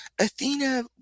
Athena